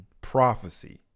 prophecy